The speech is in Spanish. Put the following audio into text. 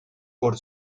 por